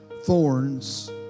thorns